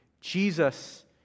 Jesus